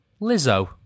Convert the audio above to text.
Lizzo